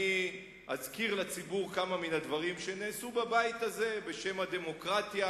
אני אזכיר לציבור כמה מן הדברים שנעשו בבית הזה בשם הדמוקרטיה,